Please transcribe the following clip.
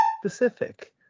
specific